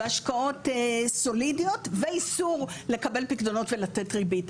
והשקעות סולידיות ואיסור לקבל פיקדונות ולתת ריבית.